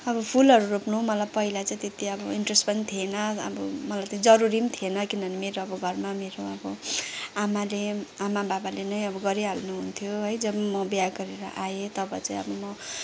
अब फुलहरू रोप्नु मलाई पहिला चाहिँ त्यति अब इन्ट्रेस्ट पनि थिएन अब मलाई जरूरी पनि थिएन किनभने मेरो अब घरमा मेरो अब आमाले आमा बाबाले नै अब गरिहाल्नुहुन्थ्यो है जब म बिहा गरेर आएँ तब चाहिँ अब म